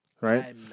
right